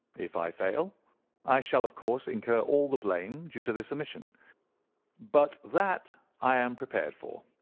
if i fail i shall, of course, incur all the blame due to this omission but that i am prepared for.